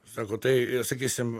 sako tai ir sakysim